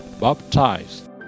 baptized